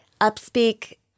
Up-speak